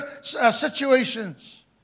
situations